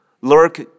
lurk